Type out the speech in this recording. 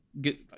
good